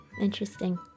Interesting